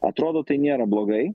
atrodo tai nėra blogai